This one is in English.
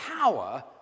power